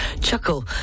chuckle